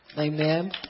amen